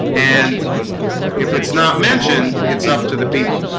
and if it's not mentioned it's up to the people